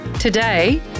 Today